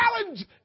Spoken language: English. challenge